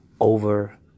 over